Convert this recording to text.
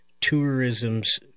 tourism's